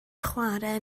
chwarae